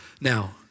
Now